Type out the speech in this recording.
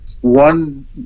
one